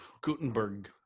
Gutenberg